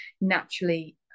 naturally